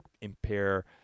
impair